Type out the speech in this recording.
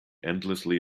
endlessly